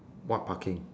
what parking